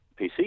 PC